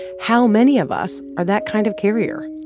how many of us are that kind of carrier?